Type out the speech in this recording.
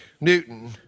Newton